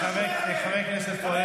חבר הכנסת פורר.